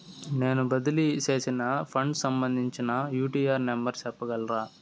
నేను బదిలీ సేసిన ఫండ్స్ సంబంధించిన యూ.టీ.ఆర్ నెంబర్ సెప్పగలరా